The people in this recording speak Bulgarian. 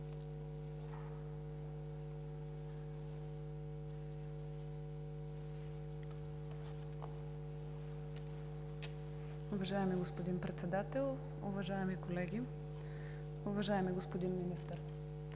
уважаеми господин Председател. Уважаеми колеги! Уважаеми господин Министър,